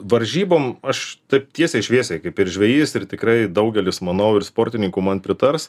varžybom aš taip tiesiai šviesiai kaip ir žvejys ir tikrai daugelis manau ir sportininkų man pritars